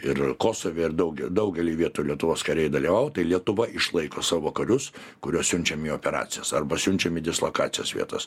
ir kosove ir dauge daugely vietų lietuvos kariai dalyvavo tai lietuva išlaiko savo karius kuriuos siunčiam į operacijas arba siunčiam į dislokacijos vietas